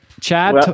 Chad